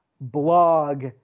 blog